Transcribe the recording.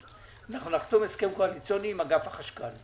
אלא נחתום הדסכם קואליציוני עם אגף החשכ"ל...